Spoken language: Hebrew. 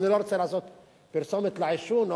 אני לא רוצה לעשות פרסומת לעישון,